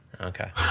Okay